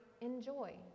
enjoy